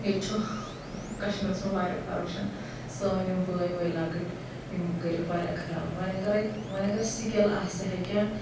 ییٚتہِ چھُ کشمیٖرَس منٛز واریاہ کۄرپشَن سٲنۍ یِم بٲے وٲے لَکٕٹۍ یِم کٔرِکھ واریاہ خراب وۄنۍ اگر اَتہِ وۄنۍ اگر سِکِل آسہِ ہے کینٛہہ